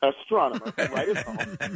astronomer